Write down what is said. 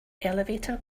elevator